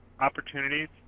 opportunities